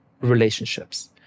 relationships